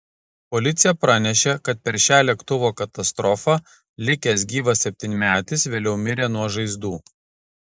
policija pranešė kad per šią lėktuvo katastrofą likęs gyvas septynmetis vėliau mirė nuo žaizdų